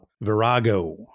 Virago